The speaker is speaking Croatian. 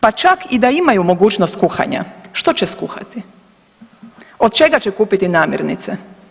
Pa čak i da imaju mogućnost kuhanja, što će skuhati, od čega će kupiti namirnice?